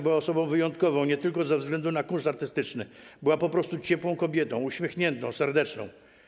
Była osobą wyjątkową nie tylko ze względu na kunszt artystyczny, była po prostu ciepłą kobietą, uśmiechniętą, serdeczną.